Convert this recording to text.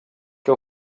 que